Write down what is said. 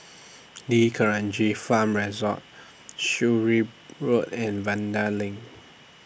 D'Kranji Farm Resort Road and Vanda LINK